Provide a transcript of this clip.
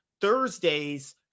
Thursdays